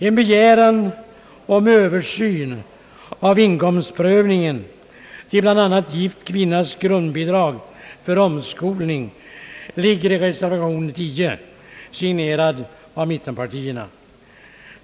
En begäran om översyn av inkomstprövningen för bl.a. gift kvinnas grundbidrag för omskolning finns i reservation 10, signerad av mittenpartierna.